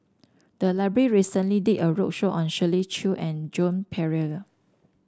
the library recently did a roadshow on Shirley Chew and Joan Pereira